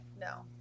no